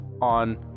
on